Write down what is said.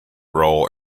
role